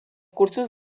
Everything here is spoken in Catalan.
cursos